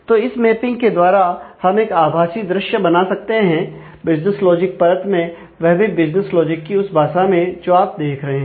तो इस मेंपिंग के द्वारा हम एक आभासी दृश्य बना सकते हैं बिजनेस लॉजिक परत में वह भी बिजनेस लॉजिक की उस भाषा में जो आप देख रहे हैं